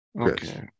Okay